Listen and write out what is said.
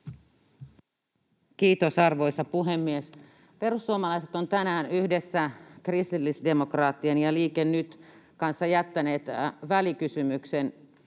Kiitos, arvoisa puhemies! Perussuomalaiset ovat tänään yhdessä kristillisdemokraattien ja Liike Nytin kanssa jättäneet välikysymyksen